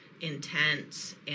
intense